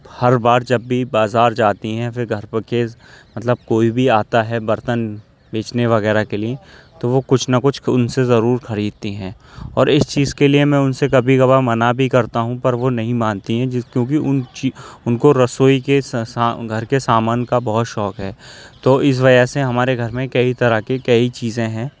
ہر بار جب بھی بازار جاتی ہیں پھر گھر پہ مطلب کوئی بھی آتا ہے برتن بیچنے وغیرہ کے لیے تو وہ کچھ نہ کچھ ان سے ضرور خریدتی ہیں اور اس چیز کے لیے میں ان سے کبھی کبھار منع بھی کرتا ہوں پر وہ نہیں مانتی ہیں جس کیونکہ ان ان کو رسوئی کے گھر کے سامان کا بہت شوق ہے تو اس وجہ سے ہمارے گھر میں کئی طرح کی کئی چیزیں ہیں